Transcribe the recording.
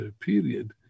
period